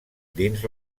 dins